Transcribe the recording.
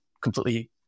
completely